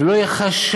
ולא יהיה חשש,